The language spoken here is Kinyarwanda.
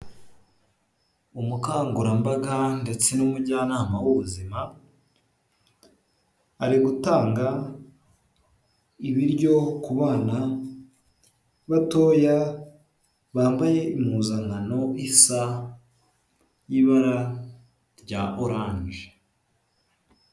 Umukangurambaga ndetse n'umujyanama w'ubuzima ari gutanga ibiryo ku bana batoya bambaye impuzankano isa y'ibara rya oranje.